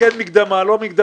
כן מקדמה או לא מקדמה,